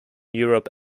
europe